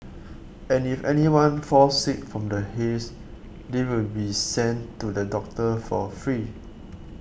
and if anyone falls sick from the haze they will be sent to the doctor for free